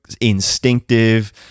instinctive